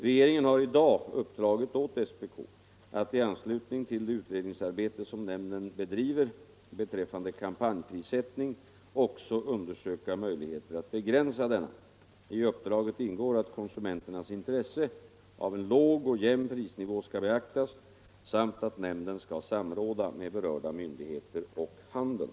Regeringen har i dag uppdragit åt SPK att i anslutning till det utredningsarbete som nämnden bedriver beträffande kampanjprissättning också undersöka möjligheter att begränsa denna. I uppdraget ingår att konsumenternas intresse av låg och jämn prisnivå skall beaktas samt att nämnden skall samråda med berörda myndigheter och handeln.